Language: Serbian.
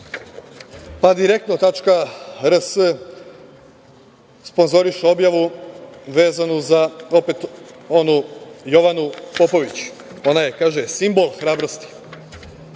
„Direktno.rs“ sponzoriše objavu vezanu za opet onu Jovanu Popović, ona je kaže, „simbol hrabrosti“.